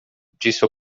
disse